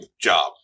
job